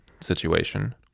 situation